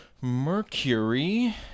Mercury